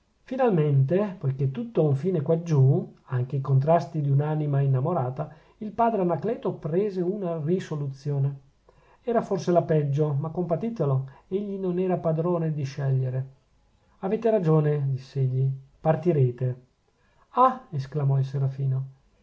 finalmente poichè tutto ha un fine quaggiù anche i contrasti di un'anima innamorata il padre anacleto prese una risoluzione era forse la peggio ma compatitelo egli non era padrone di scegliere avete ragione diss'egli partirete ah esclamò il serafino